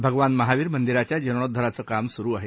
भगवान महावीर मंदिराच्या जीर्णोद्वाराचं काम सुरू आहे